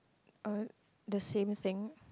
uh the same thing